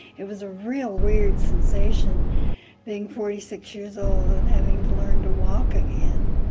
it was a real weird sensation being forty six years old and having to learn to walk again.